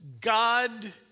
God